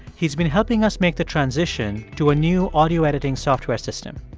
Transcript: he's been helping us make the transition to a new audio editing software system.